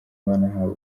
banahawe